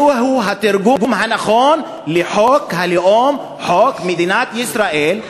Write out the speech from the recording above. זהו התרגום הנכון לחוק הלאום: חוק מדינת ישראל,